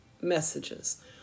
messages